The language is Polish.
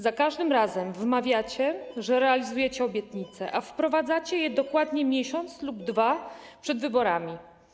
Za każdym razem wmawiacie, że realizujecie obietnice, a wprowadzacie je dokładnie miesiąc lub dwa przed wyborami.